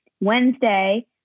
Wednesday